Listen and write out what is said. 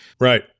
right